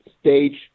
stage